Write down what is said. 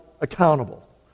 accountable